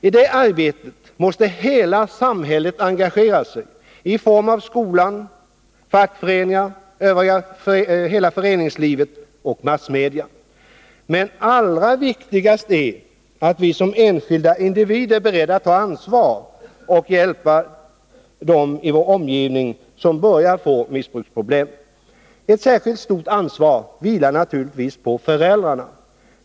I det arbetet måste hela samhället, i form av skola, fackföreningar, hela föreningslivet och massmedia, engageras. Men allra viktigast är att vi som enskilda individer är beredda att ta ansvar och hjälpa dem i vår omgivning som börjar få missbruksproblem. Ett särskilt stort ansvar vilar naturligtvis på föräldrarna.